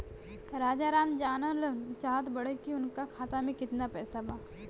राजाराम जानल चाहत बड़े की उनका खाता में कितना पैसा बा?